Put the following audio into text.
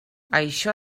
això